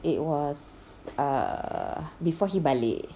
it was err before he balik